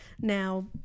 Now